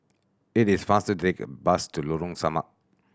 it is faster to take the bus to Lorong Samak